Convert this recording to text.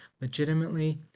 Legitimately